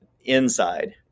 inside